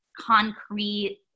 concrete